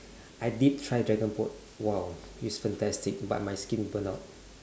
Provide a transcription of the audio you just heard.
I did try dragonboat !wow! it's fantastic but my skin burn out